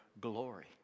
glory